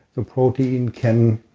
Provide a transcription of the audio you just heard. the protein can